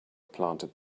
planted